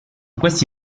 questi